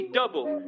double